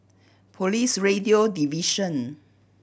Police Radio Division